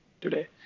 today